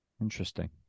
Interesting